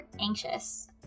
anxious